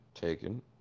Taken